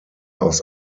aus